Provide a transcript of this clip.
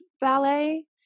ballet